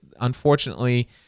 unfortunately